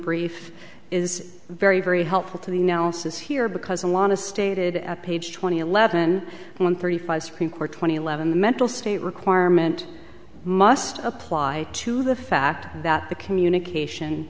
brief is very very helpful to the nelsons here because a lot of stated at page twenty eleven one thirty five supreme court twenty eleven the mental state requirement must apply to the fact that the communication